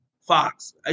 Fox